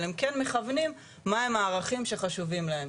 אבל הם כן מכוונים מה הערכים שחשובים להם.